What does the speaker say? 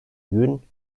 gün